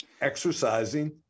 exercising